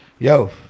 yo